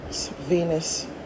Venus